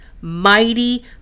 mighty